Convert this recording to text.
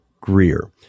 Greer